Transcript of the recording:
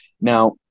Now